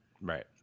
Right